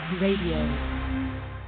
Radio